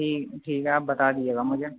ٹھیک ٹھیک ہے آپ بتا دییے گا مجھے